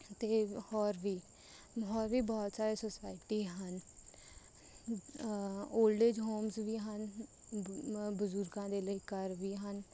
ਅਤੇ ਹੋਰ ਵੀ ਹੋਰ ਵੀ ਬਹੁਤ ਸਾਰੇ ਸੋਸਾਇਟੀ ਹਨ ਓਲਡ ਏਜ ਹੋਮਸ ਵੀ ਹਨ ਬ ਬਜ਼ੁਰਗਾਂ ਦੇ ਲਈ ਘਰ ਵੀ ਹਨ